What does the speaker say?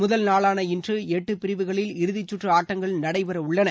முதல் நாளான இன்று எட்டு பிரிவுகளில் இறுதிச் சுற்று ஆட்டங்கள் நடைபெற உள்ளன